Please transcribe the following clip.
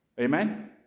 Amen